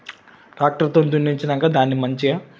టాక్టర్తోని దున్నించినాక దాన్ని మంచిగా